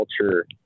culture